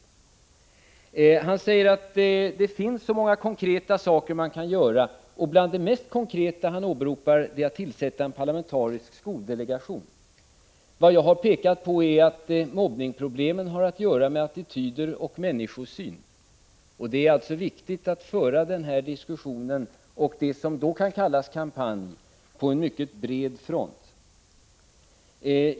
Björn Samuelson säger att det finns så många konkreta saker man kan göra, och bland det mest konkreta han åberopar är tillsättande av en parlamentarisk skoldelegation. Vad jag har pekat på är att mobbningsproblemet har att göra med attityder och människosyn. Det är alltså viktigt att föra den här diskussionen och det som då kan kallas en kampanj på mycket bred front.